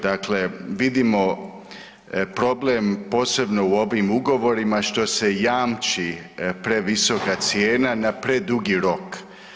Dakle, vidimo problem posebno u ovim ugovorima što se jamči previsoka cijena na predugi rok.